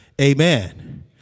Amen